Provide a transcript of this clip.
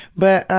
but, um,